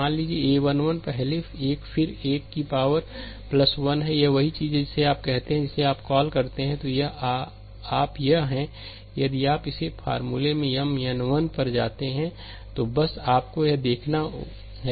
मान लीजिये a1 1 पहले एक फिर 1 की पावर 1 यही वह चीज़ है जिसे आप कहते हैं जिसे आप कॉल करते हैं तो आप यह हैं कि यदि आप इस फॉर्मूलेमें m n 1 पर जाते हैं तो बस आपको यह देखना है